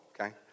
okay